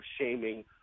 shaming